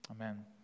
Amen